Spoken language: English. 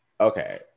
Okay